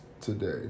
today